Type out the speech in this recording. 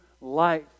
life